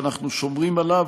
שאנחנו שומרים עליו,